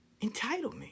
Entitlement